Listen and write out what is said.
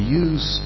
use